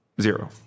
Zero